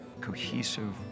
cohesive